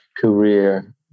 career